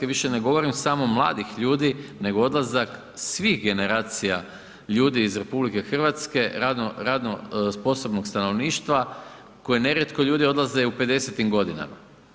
više ne govorim samo mladih ljudi, nego odlazak svih generacija ljudi iz RH, radno sposobnog stanovništva, koje nerijetko ljudi odlaze i u 50-im godinama.